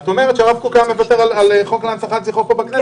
את אומרת שהרב קוק היה מוותר על חוק להנצחת זכרו פה בכנסת.